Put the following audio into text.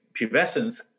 pubescence